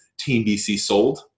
teambcsold